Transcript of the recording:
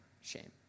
shame